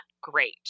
great